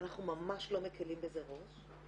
ואנחנו ממש לא מקלים בזה ראש.